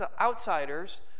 outsiders